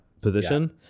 position